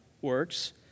works